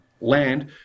land